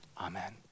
Amen